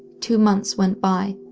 two months went by,